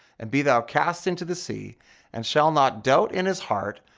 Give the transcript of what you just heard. and be thou cast into the sea and shall not doubt in his heart,